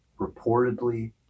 reportedly